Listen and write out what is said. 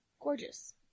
Gorgeous